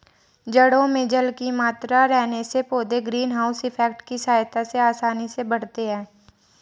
जड़ों में जल की मात्रा रहने से पौधे ग्रीन हाउस इफेक्ट की सहायता से आसानी से बढ़ते हैं